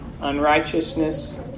unrighteousness